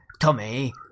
Tommy